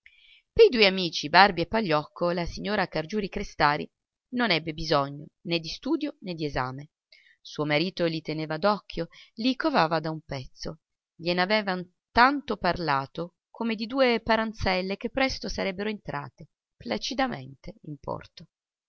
superiore pei due amici barbi e pagliocco la signora cargiuri-crestari non ebbe bisogno né di studio né di esame suo marito li teneva d'occhio li covava da un pezzo glien'aveva tanto parlato come di due paranzelle che presto sarebbero entrate placidamente in porto